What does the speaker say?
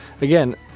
again